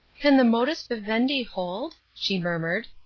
can the modus vivendi hold? she murmured.